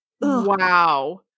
Wow